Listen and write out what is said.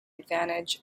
advantage